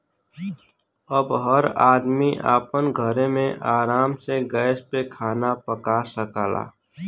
अब हर आदमी आपन घरे मे आराम से गैस पे खाना पका सकला